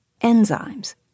enzymes